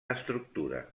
estructura